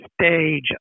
stage